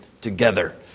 together